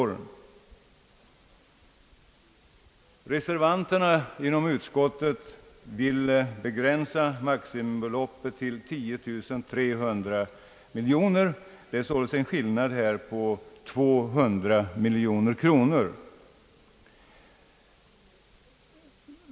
Reservanterna inom utskottet vill begränsa maximibeloppet till 10 300 miljoner kronor. Det är således en skillnad på 200 miljoner kronor.